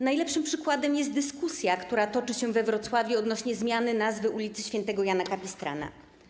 Najlepszym przykładem jest dyskusja, która toczy się we Wrocławiu odnośnie do zmiany nazwy ulicy św. Jana Kapistrana.